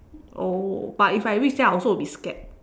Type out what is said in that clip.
oh but if I reach then I also will be scared